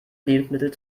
lebensmittel